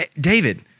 David